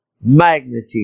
magnitude